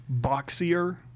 boxier